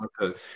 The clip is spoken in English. okay